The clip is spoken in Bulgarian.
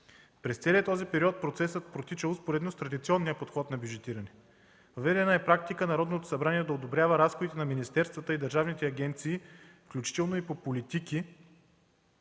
През целия този период процесът протича успоредно с традиционния подход на бюджетиране. Въведена е практика Народното събрание да одобрява разходите на министерствата и държавните агенции, включително по политики,